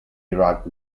iraq